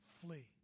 Flee